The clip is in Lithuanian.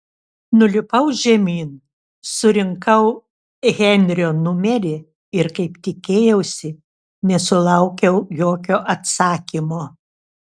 nulipau žemyn surinkau henrio numerį ir kaip tikėjausi nesulaukiau jokio atsakymo